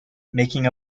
making